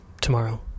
tomorrow